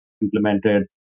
implemented